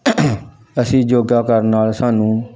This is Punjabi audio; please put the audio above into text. ਅਸੀਂ ਯੋਗਾ ਕਰਨ ਨਾਲ ਸਾਨੂੰ